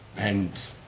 and,